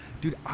Dude